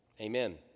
Amen